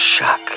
shock